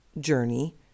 journey